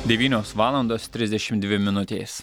devynios valandos trisdešimt dvi minutės